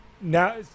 now